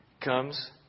comes